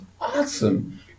awesome